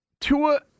Tua